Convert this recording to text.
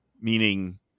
meaning